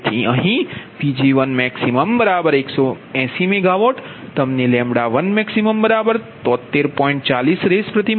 તેથી અહીં Pg1max180MWતમને 11max73